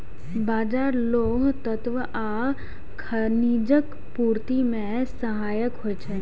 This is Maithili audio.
बाजरा लौह तत्व आ खनिजक पूर्ति मे सहायक होइ छै